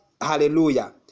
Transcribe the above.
Hallelujah